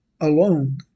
alone